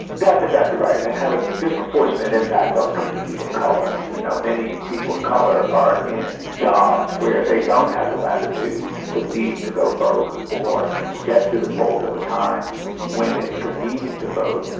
that's exactly right, and have a disproportionate impact on communities of colour. you know, many people of colour are in jobs where they don't have the latitude to leave to go and vote or get to the polls at a time when it's convenient to vote.